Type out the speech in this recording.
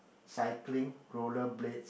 cycling roller blades